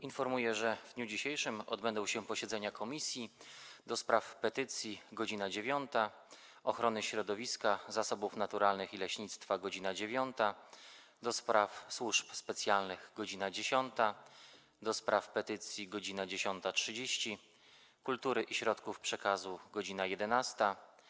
Informuję, że w dniu dzisiejszym odbędą się posiedzenia Komisji: - do Spraw Petycji - godz. 9, - Ochrony Środowiska, Zasobów Naturalnych i Leśnictwa - godz. 9, - do Spraw Służb Specjalnych - godz. 10, - do Spraw Petycji - godz. 10.30, - Kultury i Środków Przekazu - godz. 11,